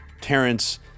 Terrence